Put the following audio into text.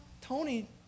Tony